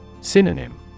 Synonym